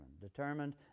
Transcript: determined